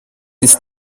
ist